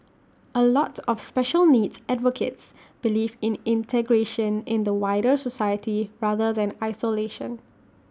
A lot of special needs advocates believe in integration in the wider society rather than isolation